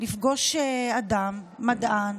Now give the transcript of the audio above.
לפגוש אדם, מדען,